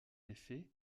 effet